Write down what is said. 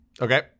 Okay